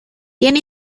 tiene